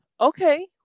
okay